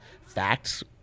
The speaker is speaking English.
facts